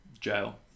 Jail